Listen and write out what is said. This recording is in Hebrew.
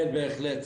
כן בהחלט.